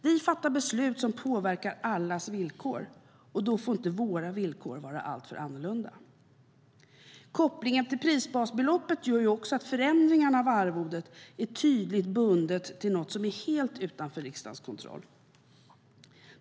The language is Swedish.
Vi fattar beslut som påverkar allas villkor, och då får inte våra villkor vara alltför annorlunda. Kopplingen till prisbasbeloppet gör också att förändringarna av arvodet är tydligt bundna till något som är helt utanför riksdagens kontroll.